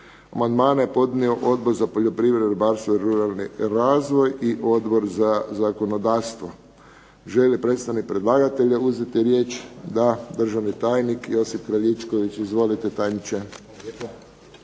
Amandmane je podnio Odbor za poljoprivredu, ribarstvo i ruralni razvoj i Odbor za zakonodavstvo. Želi li predstavnik predlagatelja uzeti riječ? Da. Državni tajnik Josip Kraljičković. Izvolite tajniče.